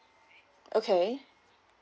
okay